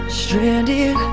stranded